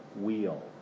wheel